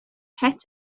het